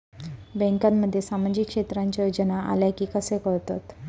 बँकांमध्ये सामाजिक क्षेत्रांच्या योजना आल्या की कसे कळतत?